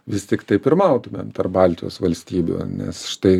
vis tiktai pirmautumėm tarp baltijos valstybių nes štai